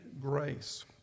grace